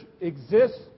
exists